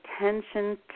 attention